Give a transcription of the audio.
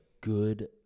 good